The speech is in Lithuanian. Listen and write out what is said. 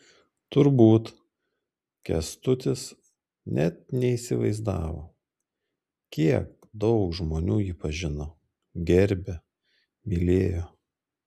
turbūt kęstutis net neįsivaizdavo kiek daug žmonių jį pažino gerbė mylėjo